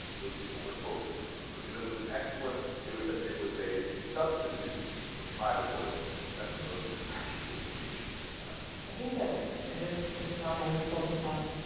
those people were totally for trump, because it was an excellent it was ah it was a substitute for tribal loyalism as opposed to an actual indication of their values. i think that is this is this on? i was told to talk.